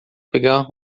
pegar